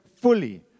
fully